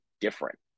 different